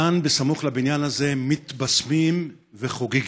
כאן, בסמוך לבניין הזה, מתבסמים וחוגגים.